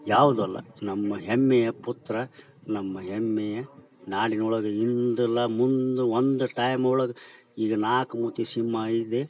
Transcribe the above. ಯಾವುದೂ ಅಲ್ಲ ನಮ್ಮ ಹೆಮ್ಮೆಯ ಪುತ್ರ ನಮ್ಮ ಹೆಮ್ಮೆಯ ನಾಡಿನೊಳಗೆ ಇಂದಲ್ಲ ಮುಂದೆ ಒಂದು ಟೈಮ್ ಒಳಗೆ ಈಗ ನಾಲ್ಕು ಮೂತಿ ಸಿಂಹ ಏನಿದೆ